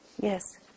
Yes